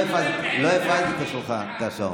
לא הפעלתי את השעון.